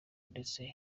ndetse